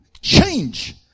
Change